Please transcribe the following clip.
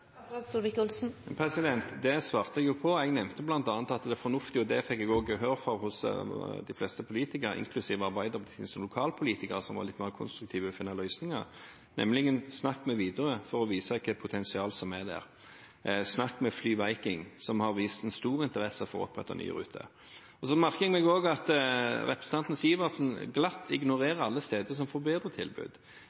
Det svarte jeg jo på. Jeg nevnte bl.a. at det er fornuftig – og det fikk jeg også gehør for hos de fleste politikerne, inklusiv Arbeiderpartiets lokalpolitikere som var litt mer konstruktive med å finne løsninger – å snakke med Widerøe for å vise hvilket potensial som er der, å snakke med FlyViking, som har vist stor interesse for å opprette nye ruter. Jeg merker meg også at representanten Sivertsen glatt